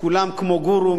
שכמו גורו,